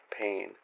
pain